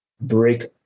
break